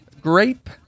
grape